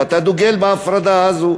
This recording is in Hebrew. ואתה דוגל בהפרדה הזאת.